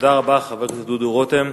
תודה רבה, חבר הכנסת דודו רותם.